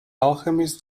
alchemist